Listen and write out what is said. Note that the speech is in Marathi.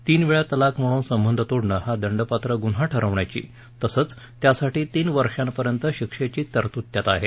तीन वेळा तलाक म्हणून संबंध तोडणं हा दंडपात्र गुन्हा ठरवण्याची तसंच त्यासाठी तीन वर्षांपर्यंत शिक्षेची तरतूद त्यात आहे